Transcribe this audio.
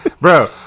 Bro